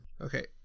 Okay